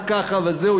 רק ככה וזהו,